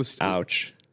Ouch